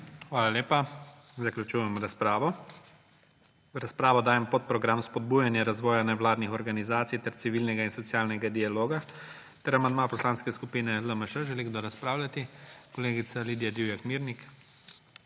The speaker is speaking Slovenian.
Hvala lepa. Zaključujem razpravo. V razpravo dajem podprogram Spodbujanje razvoja nevladnih organizacij ter civilnega in socialnega dialoga ter amandma Poslanske skupine LMŠ. Želi kdo razpravljati? (Da.) Kolegica Lidija Divjak Mirnik.